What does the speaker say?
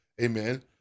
Amen